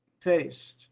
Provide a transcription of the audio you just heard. faced